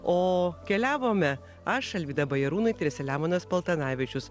o keliavome aš alvyda bajarūnaitė ir selemonas paltanavičius